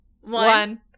one